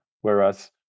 whereas